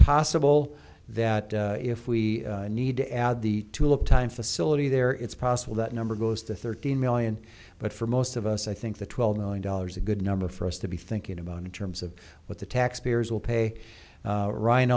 possible that if we need to add the tulip time facility there it's possible that number goes to thirteen million but for most of us i think the twelve million dollars a good number for us to be thinking about in terms of what the taxpayers will pay ryan